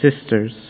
sisters